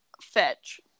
fetch